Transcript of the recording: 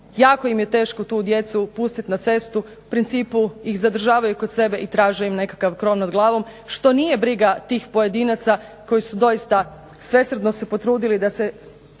jako im je tu djecu pustiti na cestu u principu im zadržavaju kod sebe i traže im nekakav krov nad glavom što nije briga tih pojedinaca koji su doista svesrdno se potrudili da se